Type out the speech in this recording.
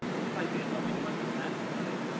and if i do, i'll be more than satisfied.